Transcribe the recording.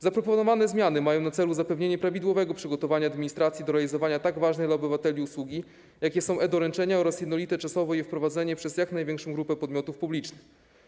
Zaproponowane zmiany mają na celu zapewnienie prawidłowego przygotowania administracji do realizowania tak ważnej dla obywateli usługi, jaką są e-doręczenia, oraz jednolite czasowe jej wprowadzenie przez jak największą grupę podmiotów publicznych.